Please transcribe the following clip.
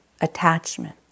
attachment